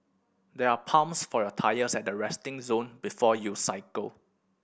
there are pumps for your tyres at the resting zone before you cycle